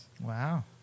Wow